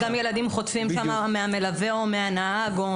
ילדים חוטפים שם מהמלווה או מהנהג.